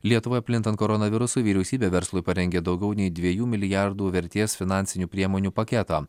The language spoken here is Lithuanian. lietuvoj plintant koronavirusui vyriausybė verslui parengė daugiau nei dviejų milijardų vertės finansinių priemonių paketą